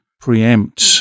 preempt